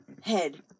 head